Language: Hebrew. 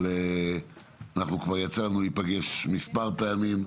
אנחנו כבר, יצא לנו להיפגש מספר פעמים,